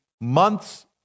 months